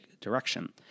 direction